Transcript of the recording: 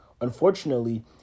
Unfortunately